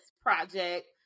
project